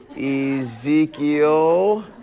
Ezekiel